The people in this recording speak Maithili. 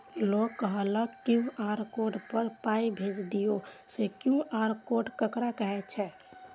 लोग कहलक क्यू.आर कोड पर पाय भेज दियौ से क्यू.आर कोड ककरा कहै छै?